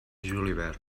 julivert